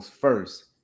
first